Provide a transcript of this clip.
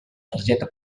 targeta